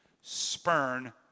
spurn